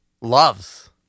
Loves